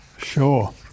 sure